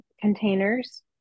Containers